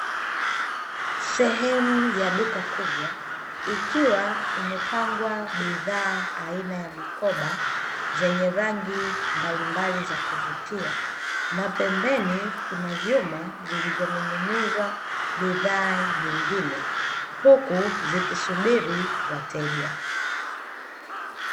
Sehemu ya duka kubwa, ikiwa imepangwa bidhaa aina ya mikoba, zenye rangi mbalimbali za kuvutia, na pembeni kuna vyuma vilivyoning'inizwa bidhaa nyingine huku zikisubiri wateja.